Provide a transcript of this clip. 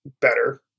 better